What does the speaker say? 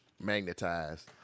magnetized